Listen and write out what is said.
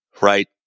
Right